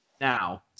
Now